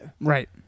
Right